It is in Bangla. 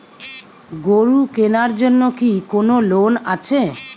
গরু কেনার জন্য কি কোন লোন আছে?